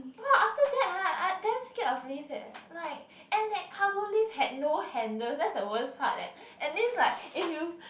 !wah! after that I damn scared of lift eh like and that cargo lift had no handles that's the worse part leh at least like if you